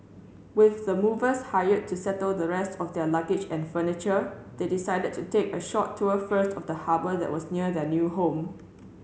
with the movers hired to settle the rest of their luggage and furniture they decided to take a short tour first of the harbour that was near their new home